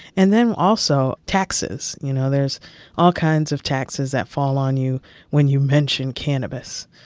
and then also taxes you know, there's all kinds of taxes that fall on you when you mention cannabis.